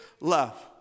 love